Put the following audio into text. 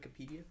Wikipedia